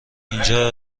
اینجا